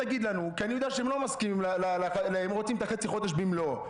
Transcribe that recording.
כי אני יודע שהם רוצים את החצי חודש במלואו,